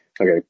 okay